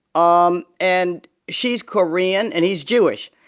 um and she's korean, and he's jewish.